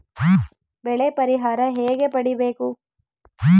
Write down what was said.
ಬೆಳೆ ಪರಿಹಾರ ಹೇಗೆ ಪಡಿಬೇಕು?